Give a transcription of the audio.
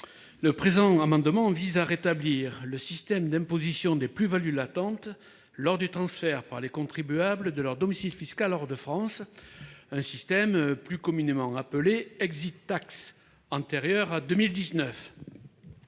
Le présent amendement vise à rétablir le système d'imposition des plus-values latentes lors du transfert par les contribuables de leur domicile fiscal hors de France, système plus communément appelé et antérieur à 2019.